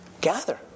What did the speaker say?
gather